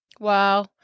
Wow